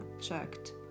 Checked